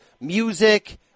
Music